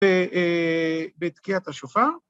‫בתקיעת השופר